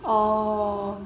orh